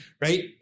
right